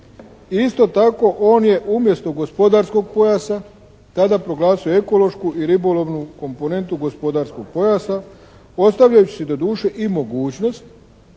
isto tako on je umjesto gospodarskog pojasa tada proglasio ekološku i ribolovnu komponentu gospodarskog pojasa ostavljajući si doduše i mogućnost